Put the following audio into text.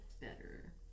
better